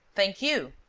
thank you.